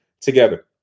together